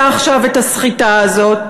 מבצע עכשיו את הסחיטה הזאת?